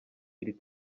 iri